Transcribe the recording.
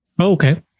Okay